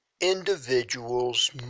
individuals